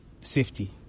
safety